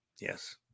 yes